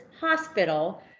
hospital